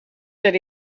that